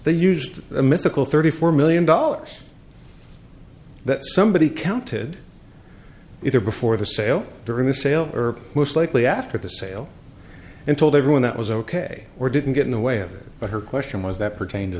they used the mythical thirty four million dollars that somebody counted either before the sale during the sale herb most likely after the sale and told everyone that was ok or didn't get in the way of it but her question was that pertain to